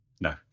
No